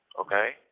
Okay